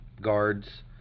guards